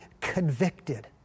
convicted